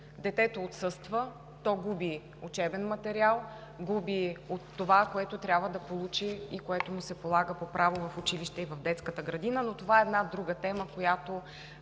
Детето отсъства, то губи учебен материал, губи от това, което трябва да получи и което му се полага по право в училище и в детската градина, но това е една друга тема, която